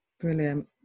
brilliant